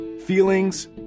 Feelings